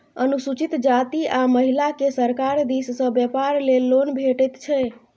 अनुसूचित जाती आ महिलाकेँ सरकार दिस सँ बेपार लेल लोन भेटैत छै